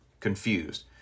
Confused